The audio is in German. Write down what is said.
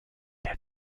der